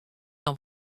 noch